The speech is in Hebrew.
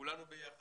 כולנו ביחד,